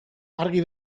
argi